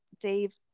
Dave